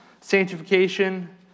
sanctification